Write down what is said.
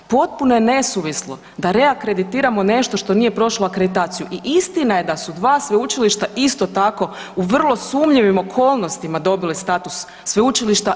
Potpuno je nesuvislo da reakreditiramo nešto što nije prošlo akreditaciju i istina je da su dva sveučilišta isto tako u vrlo sumnjivim okolnostima dobili status sveučilišta.